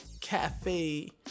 cafe